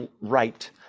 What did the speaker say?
right